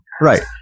Right